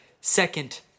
second